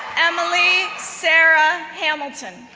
emily sarah hamilton,